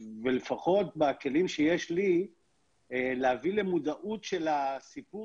ולפחות בכלים שיש לי להביא למודעות של הסיפור